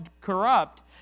corrupt